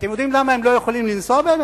אתם יודעים למה הם לא יכולים לנסוע בהם?